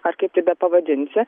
ar kaip tai bepavadinsi